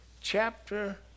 chapter